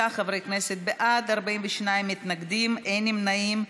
39 חברי כנסת בעד, 42 מתנגדים, אין נמנעים.